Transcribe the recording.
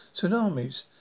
tsunamis